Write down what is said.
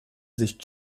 sich